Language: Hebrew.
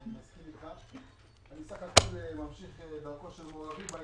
סך-הכול ממשיך את דרכו של מורי ורבי